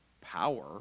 power